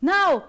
Now